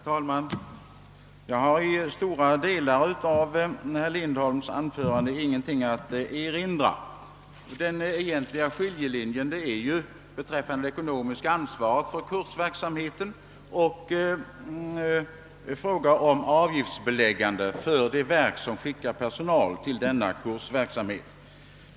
Herr talman! Jag kan instämma i det mesta av vad herr Lindholm har sagt. Våra åsikter skiljer sig egentligen från varandra endast beträffande det ekonomiska ansvaret för kursverksamheten och frågan, om avgifter skall erläggas av de verk som skickar personal till denna kursverksamhet.